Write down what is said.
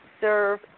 serve